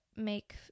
make